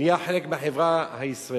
ונהיה חלק מהחברה הישראלית,